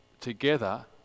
together